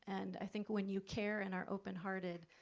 and i think when you care and are open-hearted,